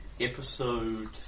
episode